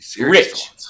Rich